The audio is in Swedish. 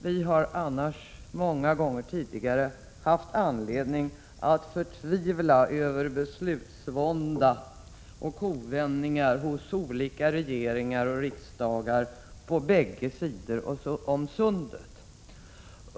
Vi har annars många gånger tidigare haft anlgdning att förtvivla inför beslutsvånda och kovändningar hos olika regeringar och riksdagar på bägge sidor sundet.